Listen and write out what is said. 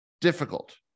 difficult